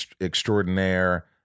extraordinaire